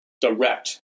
direct